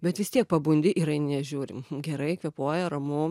bet vis tiek pabundi ir eini žiūri uhu gerai kvėpuoja ramu